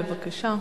בבקשה.